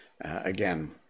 Again